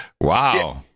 Wow